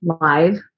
live